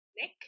Nick